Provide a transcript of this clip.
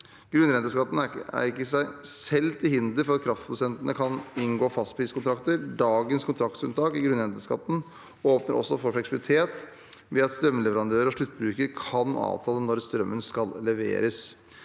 Grunnrenteskatten er i seg selv ikke til hinder for at kraftprodusentene kan inngå fastpriskontrakter. Dagens kontraktsunntak i grunnrenteskatten åpner også for fleksibilitet ved at strømleverandører og sluttbruker kan avtale når strømmen skal leveres.